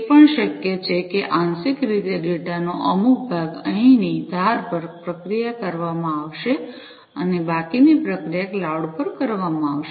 તે પણ શક્ય છે કે આંશિક રીતે ડેટાનો અમુક ભાગ અહીંની ધાર પર પ્રક્રિયા કરવામાં આવશે અને બાકીની પ્રક્રિયા ક્લાઉડ પર કરવામાં આવશે